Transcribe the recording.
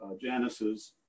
Janice's